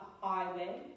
highway